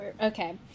Okay